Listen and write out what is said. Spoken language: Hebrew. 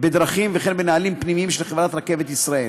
בדרכים וכן בנהלים פנימיים של חברת "רכבת ישראל".